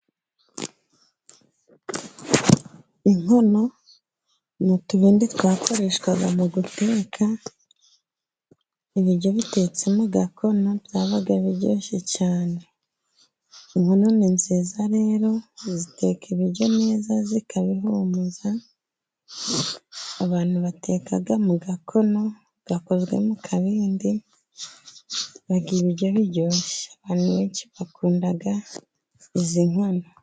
Inkono ni utubindi twakoreshwaga mu guteka. Ibiryo bitetse mu gakono byabaga biryoshye cyane. inkono ni nziza rero ziteka ibiryo neza zikabihumuza. Abantu bateka mu gakono gakozwe mu kabindi, barya biryo biryoshye. Mu mugi bakunda izi nkono.